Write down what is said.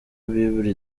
bible